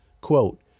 quote